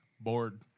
Bored